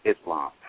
Islam